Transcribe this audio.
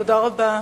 תודה רבה.